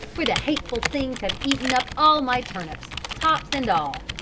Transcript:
for the hateful things have eaten up all my turnips, tops and all!